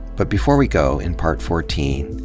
but before we go, in part fourteen,